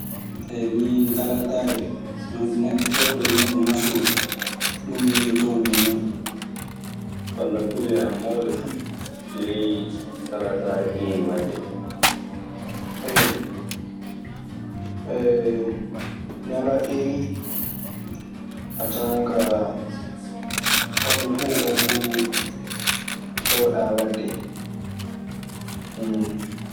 min talaataare, neɗɗo keewɗo e muuɗun nasuru. Ɗun miilotoomo e muuɗun. Walla kulle an mawɗe fu ley talaataare heewi waɗde. Ñalaaɗe ɗee ni, a tawan kaa ho'nde fuu won ko keewɗaa waɗde.